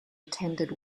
attended